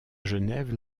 genève